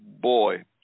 boy